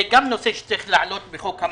זה גם נושא שצריך להעלות בחוק המענקים.